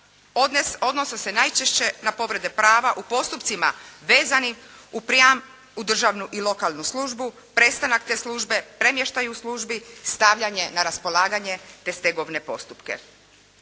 odnose se najčešće na povrede prava u postupcima vezanim u prijam u državnu i lokalnu službu, prestanak te službe, premještaj u službi, stavljanje na raspolaganje, te stegovne postupke.